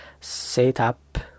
Setup